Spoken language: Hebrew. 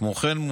כמו כן,